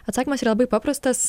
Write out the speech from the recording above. atsakymas yra labai paprastas